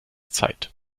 zeit